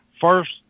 First